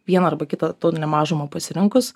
viena arba kita tautinę mažumą pasirinkus